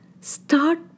start